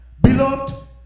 Beloved